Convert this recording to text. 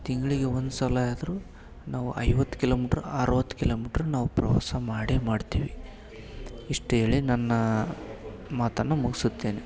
ತಿಂಗಳಿಗೆ ಒಂದ್ಸಲಯಾದರೂ ನಾವು ಐವತ್ತು ಕಿಲೋಮೀಟ್ರ್ ಅರವತ್ತು ಕಿಲೋಮೀಟ್ರ್ ನಾವು ಪ್ರವಾಸ ಮಾಡೇ ಮಾಡ್ತೀವಿ ಇಷ್ಟು ಹೇಳಿ ನನ್ನ ಮಾತನ್ನ ಮುಗಿಸುತ್ತೇನೆ